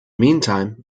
meantime